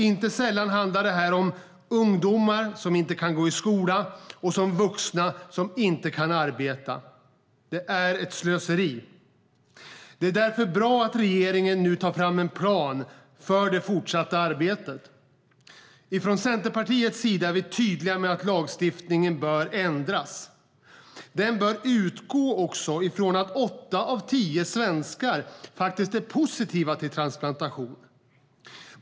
Inte sällan handlar det om ungdomar som inte kan gå i skola och vuxna som inte kan arbeta. Det är ett slöseri. Det är därför bra att regeringen nu tar fram en plan för det fortsatta arbetet. Från Centerpartiets sida är vi tydliga med att lagstiftningen bör ändras. Den bör utgå från att åtta av tio svenskar faktiskt är positiva till transplantation.